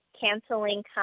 canceling